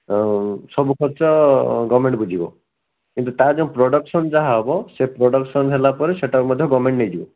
ସବୁ ଖର୍ଚ୍ଚ ଗଭର୍ଣ୍ଣମେଣ୍ଟ୍ ବୁଝିବ କିନ୍ତୁ ତାର ଯଉ ପ୍ରଡ଼କ୍ସନ୍ ଯାହା ହବ ସେ ପ୍ରଡ଼କ୍ସନ୍ ହେଲାପରେ ସେଟାକୁ ମଧ୍ୟ ଗଭର୍ଣ୍ଣମେଣ୍ଟ୍ ନେଇଯିବ